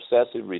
obsessive